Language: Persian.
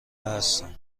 هستم